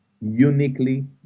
uniquely